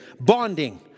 Bonding